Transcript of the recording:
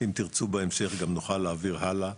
אם תרצו בהמשך נוכל להעביר הלאה.